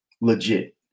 legit